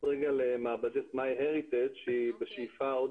למעבדת "מיי הריטג'" שהיא בשאיפה שעוד